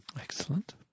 Excellent